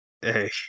Hey